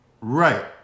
right